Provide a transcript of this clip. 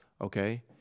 okay